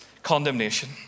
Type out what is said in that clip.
condemnation